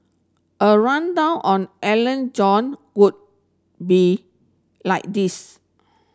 a rundown on Alan John would be like this